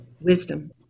Wisdom